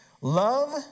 Love